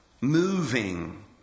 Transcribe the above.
moving